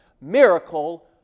Miracle